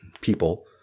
people